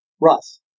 Russ